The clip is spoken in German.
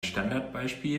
standardbeispiel